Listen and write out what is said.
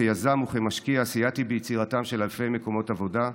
כיזם וכמשקיע סייעתי ביצירתם של אלפי מקומות עבודה,